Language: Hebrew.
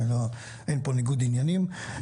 ואין פה ניגוד עניינים.